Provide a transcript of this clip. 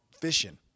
fishing